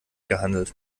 gehandelt